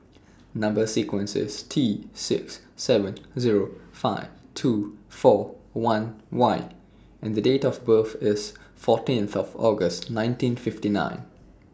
Number sequence IS T six seven Zero five two four one Y and Date of birth IS fourteenth of August nineteen fifty nine